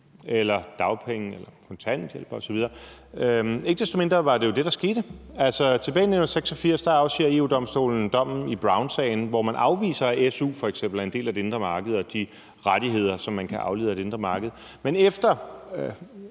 su, dagpenge, kontanthjælp osv. Ikke desto mindre var det jo det, der skete. Altså, tilbage i 1986 afsiger EU-Domstolen dommen i Brownsagen, hvor man afviser, at su f.eks. er en del af det indre marked og de rettigheder, som man kan aflede af det indre marked. Men efter